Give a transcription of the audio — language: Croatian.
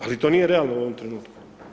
Ali to nije realno u ovom trenutku.